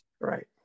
Right